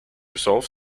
resolve